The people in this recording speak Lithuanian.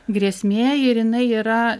grėsmė ir jinai yra